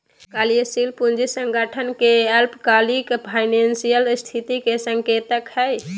कार्यशील पूंजी संगठन के अल्पकालिक फाइनेंशियल स्थिति के संकेतक हइ